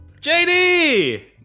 JD